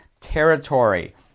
territory